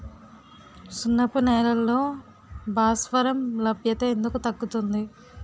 సున్నపు నేలల్లో భాస్వరం లభ్యత ఎందుకు తగ్గుతుంది?